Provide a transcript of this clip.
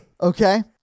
Okay